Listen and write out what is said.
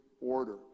order